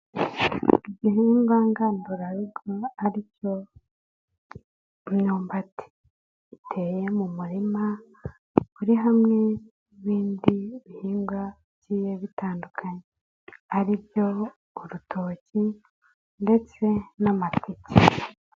Igihingwa ngandurarugo, ari cyo imyumbati, iteye mu murima, uri hamwe n'ibindi bihingwa bigiye bitandukanye, ari byo urutoki ndetse n'amateke.